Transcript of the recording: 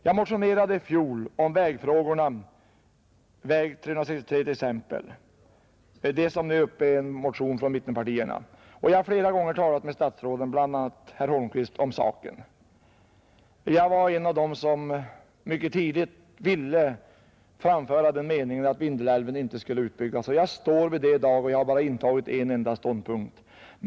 Jag motionerade i fjol om vägfrågorna, t.ex. väg 363, vilken nu behandlas i en motion från mittenpartierna. Jag har flera gånger talat med statsråden om saken, bl.a. med herr Holmqvist. Jag är en av dem som mycket tidigt ville framföra den meningen att Vindelälven inte skulle byggas ut. Jag fasthåller i dag vid detta, och jag har bara intagit denna enda ståndpunkt.